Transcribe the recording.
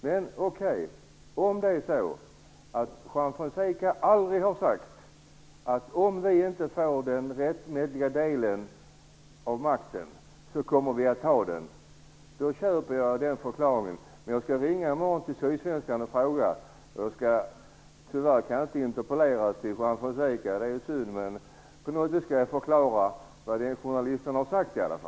Men, okej, om det är så att Juan Fonseca aldrig har sagt att om vi inte får den rättmätiga delen av makten så kommer vi att ta den, då köper jag den förklaringen. Men jag skall ringa till Sydsvenskan i morgon och fråga dem. Tyvärr kan jag inte interpellera Juan Fonseca, vilket är synd, för i så fall hade jag i alla fall kunnat förklara vad journalisten har sagt.